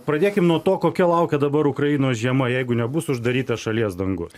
pradėkime nuo to kokia laukia dabar ukrainos žiema jeigu nebus uždaryta šalies dangus